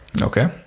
Okay